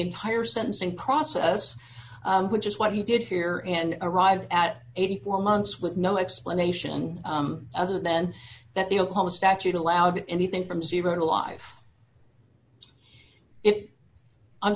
entire sentencing process which is what he did here and arrived at eighty four months with no explanation other then that the oklahoma statute allowed anything from zero to live it i'm